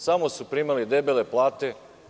Samo su primali debele plate.